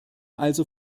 also